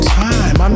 time